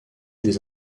des